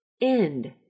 end